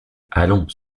allons